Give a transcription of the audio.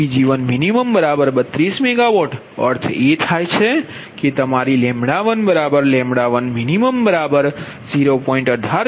18Pg141અને Pg1Pg1min32MW અર્થ એ થાય કે તમારી 11min0